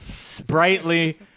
sprightly